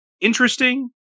interesting